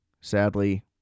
sadly